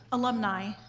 alumni.